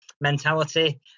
mentality